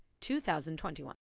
2021